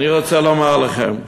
אני רוצה לומר לכם,